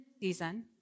Season